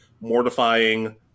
mortifying